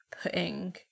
putting